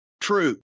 True